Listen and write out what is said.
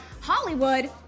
Hollywood